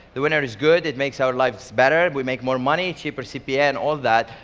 the winner is good. it makes our lives better, we make more money, cheaper cpa and all that.